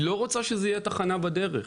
יהיה תחנה בדרך.